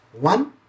One